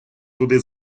туди